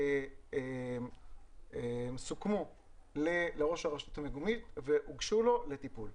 האלה סוכמו לראש הרשות המקומית והוגשו לו לטיפול.